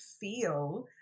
feel